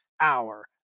hour